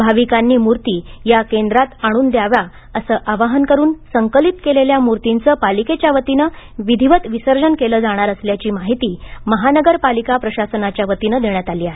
भाविकांनी मूर्ती या केंद्रात आणून द्याव्या असं आवाहन करून संकलित केलेल्या मूर्तींचे पालिकेच्या वतीने विधीवत विसर्जन केले जाणार असल्याची माहिती महानगर पालिका प्रशासनाच्या वतीने देण्यात आली आहे